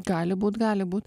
gali būt gali būt